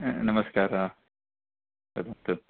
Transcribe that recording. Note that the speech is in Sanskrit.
अ नमस्कारः वदतु